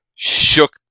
shook